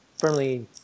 firmly